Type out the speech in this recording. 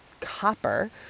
copper